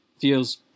feels